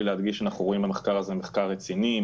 להדגיש שאנחנו רואים במחקר הזה מחקר רציני,